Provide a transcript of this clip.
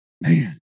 man